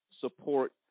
support